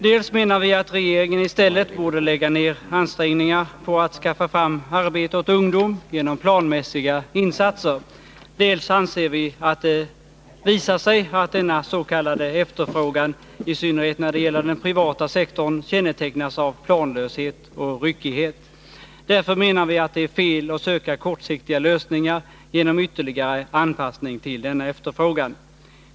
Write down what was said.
Dels menar vi att regeringen i stället borde lägga ner ansträngningar på att skaffa fram arbete åt ungdom genom planmässiga insatser, dels anser vi att det visar sig att denna s.k. efterfrågan —i synnerhet när det gäller den privata sektorn — kännetecknas av planlöshet och ryckighet. Därför menar vi att det är fel att söka kortsiktiga lösningar genom ytterligare anpassning till denna efterfrågan.